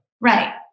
right